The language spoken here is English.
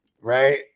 Right